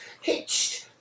hitched